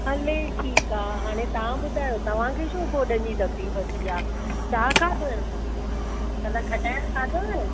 हले ठीकु आहे हाणे तव्हां ॿुधायो तव्हांखे छो गोड॒नि जी तकलीफ़ थी आहे छा खाधो हुअव हुननि कल्ह खटाइण खाधव हुननि